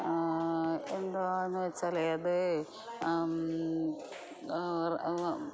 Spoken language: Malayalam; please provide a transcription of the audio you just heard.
എന്താണെന്ന് വച്ചാൽ അത്